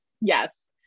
Yes